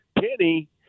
Penny